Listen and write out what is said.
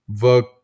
work